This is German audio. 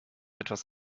etwas